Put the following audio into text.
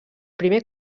primer